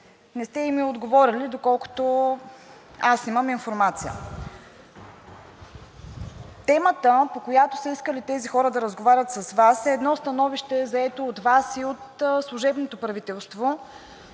не сте им и отговорили, доколкото аз имам информация. Темата, по която са искали тези хора да разговарят с Вас, е едно становище, взето от Вас и от служебното правителство,